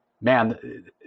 Man